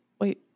Wait